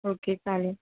okay चालेल